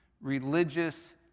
religious